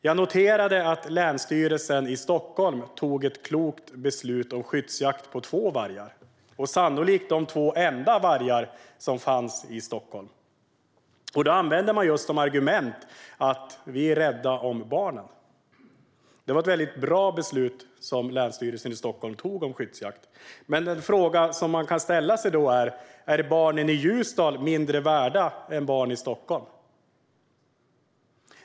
Jag noterade att Länsstyrelsen i Stockholm fattade ett klokt beslut om skyddsjakt på två vargar och sannolikt de två enda vargar som fanns i Stockholm. Då använde man just som argument: Vi är rädda om barnen. Det var ett mycket bra beslut som Länsstyrelsen i Stockholm fattade om skyddsjakt. Men den fråga som man då kan ställa sig är om barnen i Ljusdal är mindre värda än barn i Stockholm?